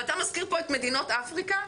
ואתה מזכיר פה את מדינות אפריקה?